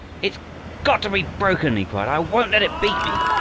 it's got to be broken! he cried. i won't let it beat me.